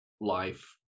life